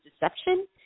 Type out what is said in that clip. deception